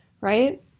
right